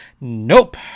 Nope